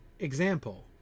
Example